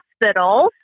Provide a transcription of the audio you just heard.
hospitals